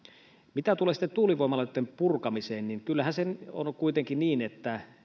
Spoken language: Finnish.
mitä tulee sitten tuulivoimaloitten purkamiseen niin kyllähän se on kuitenkin niin että